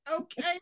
Okay